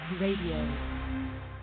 radio